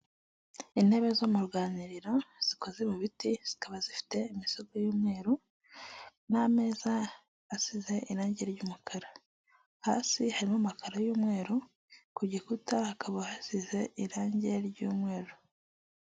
Intebe zo mu ruganinriro zikoze mu biti, zikaba zifite imisego y'umweru n'ameza asize irangi ry'umukara, hasi harimo amakara y'umweru, ku gikuta hakaba hasize irangi ry'mweru.